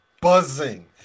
buzzing